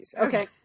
okay